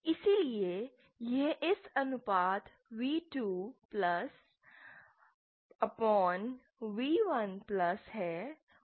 इसलिए यह इस अनुपात v2 प्लस v1 प्लस है और माइनस गामा L के बराबर है